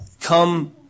come